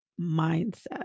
Mindset